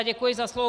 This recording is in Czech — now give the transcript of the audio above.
Děkuji za slovo.